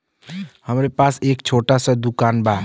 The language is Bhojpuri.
हमरे पास एक छोट स दुकान बा